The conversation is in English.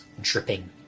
dripping